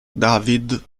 david